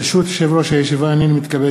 ברשות יושב-ראש הישיבה הנני מתכבד